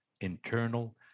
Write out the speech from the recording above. internal